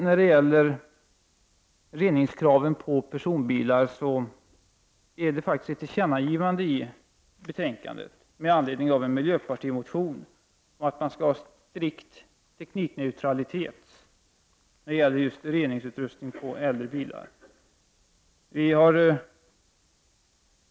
När det gäller reningskraven på personbilar gör utskottet faktiskt ett tillkännagivande i betänkandet med anledning av en miljöpartimotion om att man skall iaktta strikt teknikneutralitet när det gäller reningsutrustning på äldre bilar.